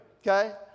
okay